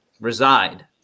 reside